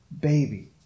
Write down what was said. baby